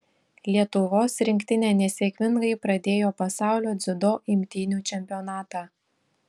lietuvos rinktinė nesėkmingai pradėjo pasaulio dziudo imtynių čempionatą